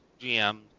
GM